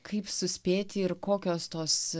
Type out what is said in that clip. kaip suspėti ir kokios tos